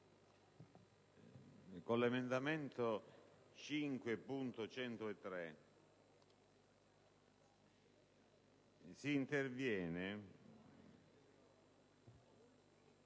con l'emendamento 5.103 si interviene